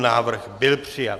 Návrh byl přijat.